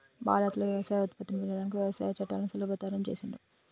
భారత్ లో వ్యవసాయ ఉత్పత్తిని పెంచడానికి వ్యవసాయ చట్టాలను సులభతరం చేసిండ్లు